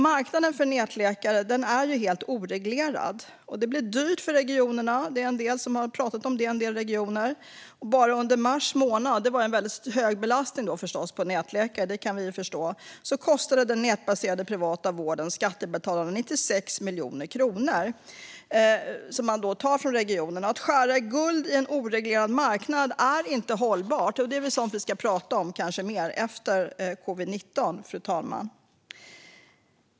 Marknaden för nätläkare är ju helt oreglerad, och det blir dyrt för regionerna - det är en del regioner som har pratat om det. Bara under mars månad, då det förstås var en väldigt hög belastning på nätläkare, kostade den nätbaserade, privata vården skattebetalarna 96 miljoner kronor, som då tas från regionerna. Att skära guld på en oreglerad marknad är inte hållbart, och det är väl kanske sådant som vi ska prata mer om efter covid-19, fru talman.